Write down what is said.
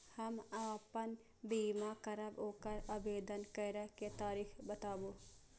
हम आपन बीमा करब ओकर आवेदन करै के तरीका बताबु?